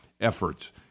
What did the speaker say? efforts